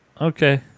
Okay